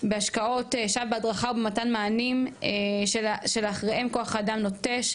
בהשקעות בהדרכה ובמתן מענים של שלאחריהם כוח האדם נוטש,